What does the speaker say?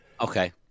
Okay